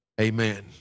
amen